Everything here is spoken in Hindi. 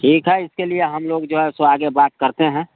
ठीक है इसके लिए हम लोग जो है सो आगे बात करते हैं